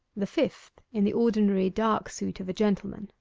the fifth in the ordinary dark suit of a gentleman.